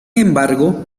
embargo